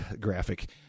graphic